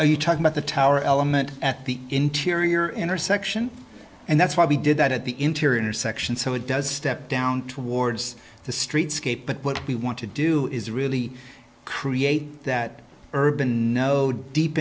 was you talk about the tower element at the interior intersection and that's why we did that at the interior intersection so it does step down towards the streetscape but what we want to do is really create that urban know deep